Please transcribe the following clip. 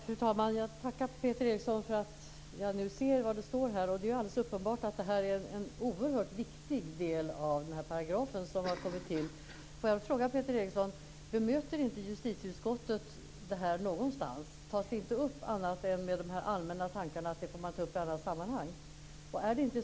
Fru talman! Jag tackar Peter Eriksson. Jag ser nu vad här står, och det är alldeles uppenbart att det är en oerhört viktig del av paragrafen som har fallit bort. Jag vill fråga Peter Eriksson: Bemöter inte justitieutskottet detta någonstans? Tas det inte upp annat än med de allmänna tankarna att frågan får tas upp i annat sammanhang?